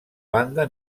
banda